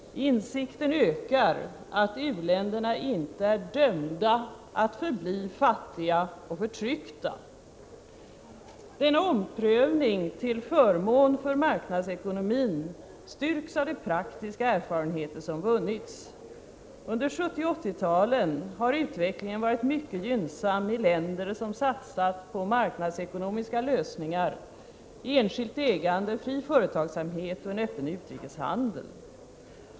Insikten ökar att u-länderna inte är dömda att förbli fattiga och förtryckta. Denna omprövning till förmån för marknadsekonomin styrks av de praktiska erfarenheter som vunnits. Under 1970 och 1980-talen har utvecklingen varit mycket gynnsam i länder som satsat på marknadsekonomiska lösningar, enskilt ägande, fri företagsamhet och en öppen utrikeshandel.